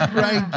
right?